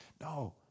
No